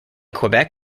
quebec